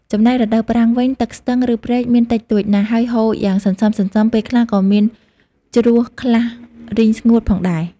ចំណែករដូវប្រាំងវិញ ទឹកស្ទឹង ឬព្រែកមានតិចតួចណាស់ ហើយហូរយ៉ាងសន្សឹមៗ ពេលខ្លះក៏មានជ្រោះខ្លះរីងស្ងួត ផងដែរ។